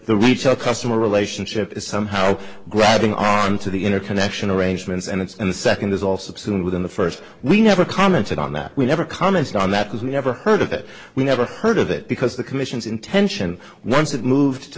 of customer relationship is somehow grabbing on to the interconnection arrangements and it's and the second is also soon within the first we never commented on that we never commented on that because we never heard of it we never heard of it because the commission's intention once it moved to